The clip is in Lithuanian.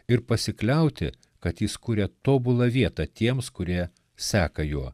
ir pasikliauti kad jis kuria tobulą vietą tiems kurie seka juo